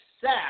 sack